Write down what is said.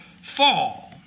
fall